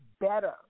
better